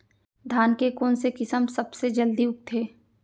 धान के कोन से किसम सबसे जलदी उगथे?